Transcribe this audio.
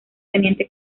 teniente